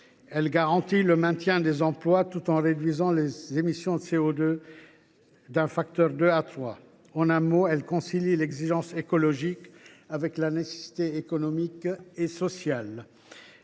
Elle garantit le maintien des emplois, tout en réduisant les émissions de CO2 d’un facteur 2 à 3. En un mot, elle concilie l’exigence écologique avec la nécessité économique et sociale.